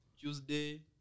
Tuesday